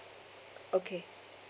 okay